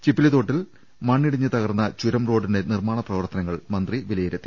ചിപ്പിലി തോട്ടിൽ മണ്ണിടിഞ്ഞ് തകർന്ന ചുരം റോഡിന്റെ നിർമാണ പ്രവർത്തനങ്ങൾ മന്ത്രി വിലയിരുത്തി